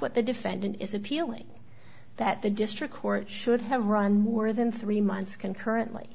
what the defendant is appealing that the district court should have run more than three months concurrently